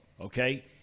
okay